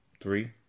three